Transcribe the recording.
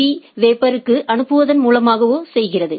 B வபோர்ஸ்க்கு அனுப்புவதன் மூலமாகவோ செய்கிறது